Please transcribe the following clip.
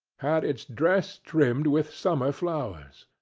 had its dress trimmed with summer flowers.